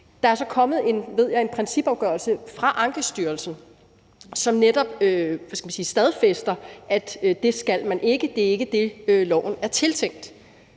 Der er så kommet, ved jeg, en principafgørelse fra Ankestyrelsen, som netop stadfæster, at det skal man ikke, for det er ikke det, loven er tiltænkt.